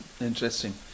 Interesting